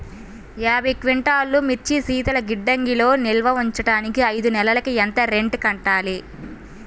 యాభై క్వింటాల్లు మిర్చి శీతల గిడ్డంగిలో నిల్వ ఉంచటానికి ఐదు నెలలకి ఎంత రెంట్ కట్టాలి?